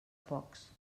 pocs